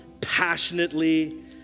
passionately